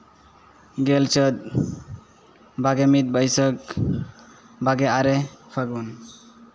ᱜᱮᱞ ᱪᱟᱹᱛ ᱵᱟᱜᱮ ᱢᱤᱫ ᱵᱟᱹᱭᱥᱟᱹᱠᱷ ᱵᱟᱜᱮ ᱟᱨᱮ ᱯᱷᱟᱹᱜᱩᱱ